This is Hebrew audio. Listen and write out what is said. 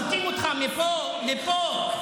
זורקים אותך מפה לפה.